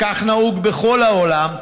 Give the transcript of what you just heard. כך נהוג בכל העולם,